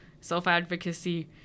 self-advocacy